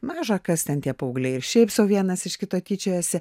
maža kas ten tie paaugliai ir šiaip sau vienas iš kito tyčiojasi